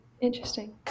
Interesting